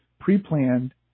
pre-planned